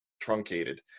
truncated